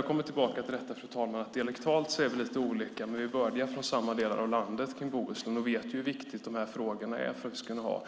Jag kommer tillbaka till att vi dialektalt är lite olika. Men vi är bördiga från samma del av landet kring Bohuslän. Vi vet hur viktiga dessa frågor är för att vi ska kunna ha